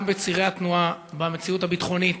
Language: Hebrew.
גם בצירי התנועה במציאות הביטחונית